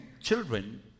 children